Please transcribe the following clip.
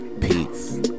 Peace